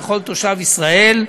ככל תושב ישראל,